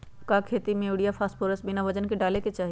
का खेती में यूरिया फास्फोरस बिना वजन के न डाले के चाहि?